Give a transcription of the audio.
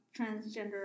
transgender